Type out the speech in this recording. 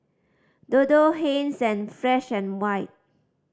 Dodo Heinz and Fresh and White